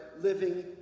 living